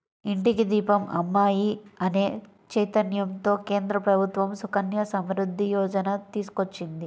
ఇంటికి దీపం అమ్మాయి అనే చైతన్యంతో కేంద్ర ప్రభుత్వం సుకన్య సమృద్ధి యోజన తీసుకొచ్చింది